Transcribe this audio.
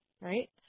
right